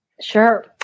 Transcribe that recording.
Sure